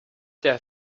their